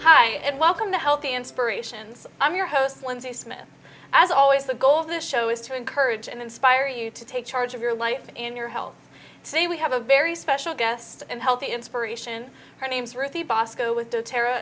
hi and welcome to healthy inspirations i'm your host lindsay smith as always the goal of this show is to encourage and inspire you to take charge of your life and your health say we have a very special guest and healthy inspiration her name's ruthie bosco with the tara